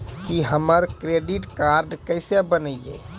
की हमर करदीद कार्ड केसे बनिये?